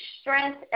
strength